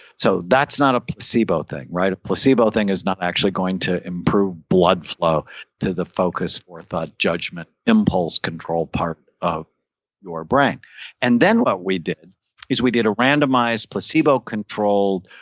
so that's not a placebo thing. a placebo thing is not actually going to improve blood flow to the focus, or thought judgment, impulse control part of your brain and then, what we did is we did a randomized placebo-controlled